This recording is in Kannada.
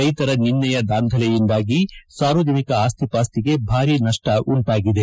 ರೈತರ ನಿನ್ನೆಯ ದಾಂಧಲೆಯಿಂದಾಗಿ ಸಾರ್ವಜನಿಕ ಆಸ್ತಿ ಪಾಸ್ತಿಗೆ ಭಾರಿ ನಷ್ಟ ಉಂಟಾಗಿದೆ